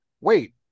wait